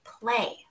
play